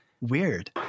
weird